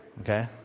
Okay